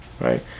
right